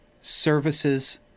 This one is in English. services